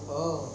oh